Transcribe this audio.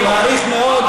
אני מעריך מאוד,